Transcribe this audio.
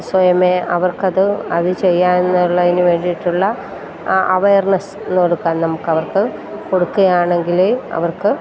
സ്വയമേ അവർക്ക് അത് അത് ചെയ്യാനുള്ളതിനുവേണ്ടിട്ടുള്ള ആ അവയർനസ് കൊടുക്കാൻ നമുക്ക് അവർക്ക് കൊടുക്കുകയാണെങ്കിൽ അവർക്ക്